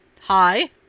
hi